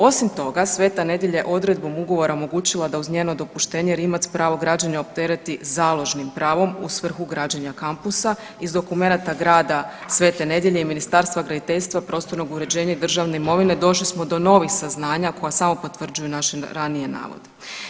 Osim toga, Sveta Nedelja je odredbom ugovora omogućila da uz njeno dopuštenje Rimac pravo građenja optereti založnim pravom u svrhu građenja kampusa, iz dokumenata grada Svete Nedelje i Ministarstva graditeljstva, prostornog uređenja i državne imovine došli smo do novih saznanja koja samo potvrđuju naše ranije navode.